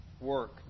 work